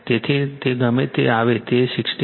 તેથી તે ગમે તે આવે તે 61